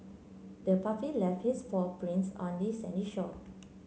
the puppy left its paw prints on the sandy shore